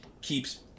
keeps